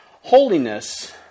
holiness